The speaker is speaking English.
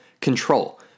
control